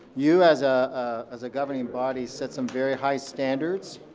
you as ah as a governing body set some very high standards,